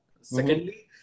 Secondly